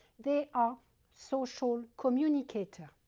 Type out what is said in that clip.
they are social communicator.